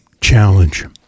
challenge